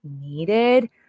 needed